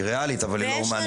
היא ריאלית, אבל היא לא הומנית.